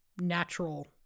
natural